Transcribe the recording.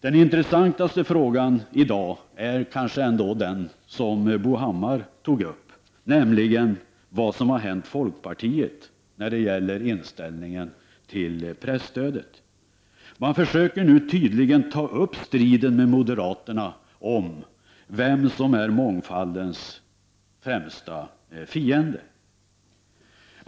Den intressantaste frågan i dag är kanske den som Bo Hammar tog upp, nämligen vad som har hänt med folkpartiet när det gäller inställningen till presstödet. Man försöker tydligen nu ta upp striden med moderaterna om vem som är mångfaldens främsta fiende.